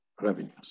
revenues